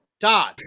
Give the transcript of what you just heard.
Todd